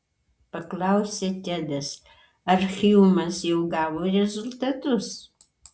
paklausė tedas ar hjumas jau gavo rezultatus